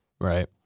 Right